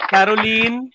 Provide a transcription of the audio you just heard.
Caroline